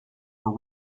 for